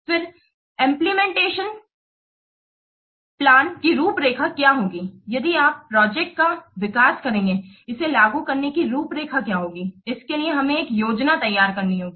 फिर implementation plan की रूपरेखा क्या होगी यदि आप प्रोजेक्ट का विकास करेंगे इसे लागू करने की रूपरेखा क्या होगी इसके लिए हमें एक योजना तैयार करनी होगी